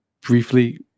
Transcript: briefly